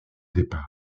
départ